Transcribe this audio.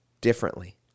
differently